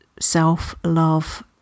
self-love